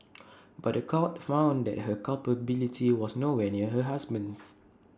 but The Court found that her culpability was nowhere near her husband's